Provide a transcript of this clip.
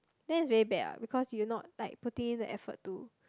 then it's very bad ah because you not like putting in the effort to